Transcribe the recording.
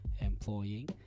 employing